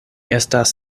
estas